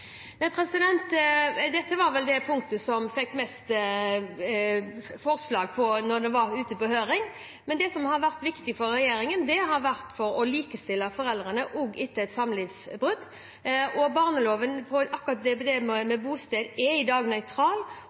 Dette var vel det punktet som vi fikk flest kommentarer til da det var ute på høring. Men det som har vært viktig for regjeringen, har vært å likestille foreldrene også etter et samlivsbrudd. Når det gjelder akkurat det med delt bosted, er barneloven i dag nøytral,